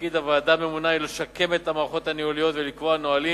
תפקיד הוועדה הוא לשקם את המערכות הניהוליות ולקבוע נהלים,